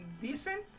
decent